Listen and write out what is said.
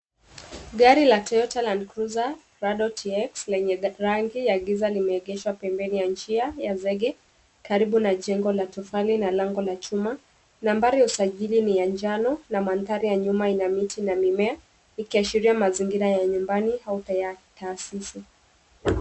Gari la Toyota Landcruiser Prado TX lenye rangi ya giza limeegeshwa pembeni ya njia ya zege karibu na jengo la tofali na mlango wa chuma. Nambari ya usajili ni ya njano na mandhari ya nyuma ina miti na mimea ikiashiria mazingira ya nyumbani au taasisi.